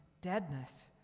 deadness